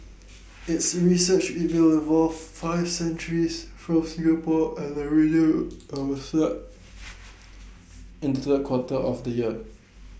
its research will involve five centres from Singapore and the region and start in the quarter of the year